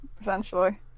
essentially